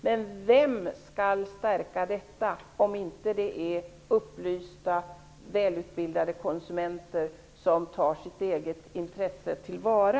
Men vem är det som skall stärka detta om inte upplysta, välutbildade konsumenter som tar sitt eget intresse tillvara?